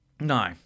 No